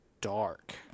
dark